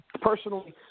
Personally